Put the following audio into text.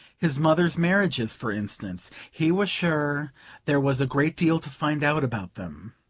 his mother's marriages, for instance he was sure there was a great deal to find out about them.